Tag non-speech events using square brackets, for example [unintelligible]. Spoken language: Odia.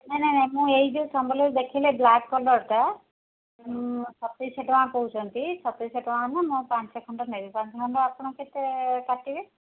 ନାଇଁ ନାଇଁ [unintelligible] ମୁଁ ଏଇ ଯେଉଁ ସମ୍ବଲ [unintelligible] ଦେଖାଇଲେ ବ୍ଲାକ୍ କଲର୍ଟା ସତେଇଶ ଟଙ୍କା କହୁଛନ୍ତି ସତେଇଶ ଟଙ୍କା ମୁଁ ପାଞ୍ଚ ଖଣ୍ଡ ନେବି ପାଞ୍ଚ ଖଣ୍ଡ ଆପଣ କେତେ କାଟିବେ